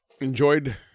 enjoyed